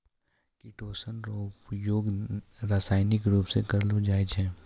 chitosan रो उपयोग रासायनिक रुप से करलो जाय छै